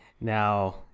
Now